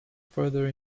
further